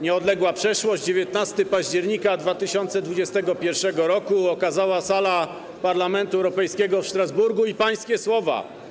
Nieodległa przeszłość, 19 października 2021 r., okazała sala Parlamentu Europejskiego w Strasburgu i pańskie słowa: